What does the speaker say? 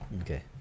Okay